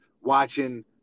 watching